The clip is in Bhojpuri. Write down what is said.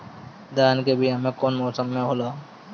धान के बीया कौन मौसम में होला?